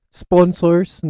sponsors